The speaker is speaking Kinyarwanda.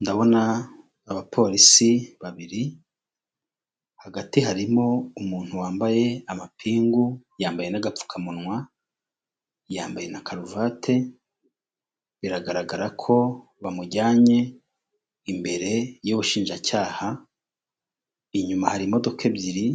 Ndabona abapolisi babiri, hagati harimo umuntu wambaye amapingu, yambaye n'agapfukamunwa, yambaye na karuvati, biragaragara ko bamujyanye imbere y'ubushinjacyaha, inyuma hari imodoka ebyiri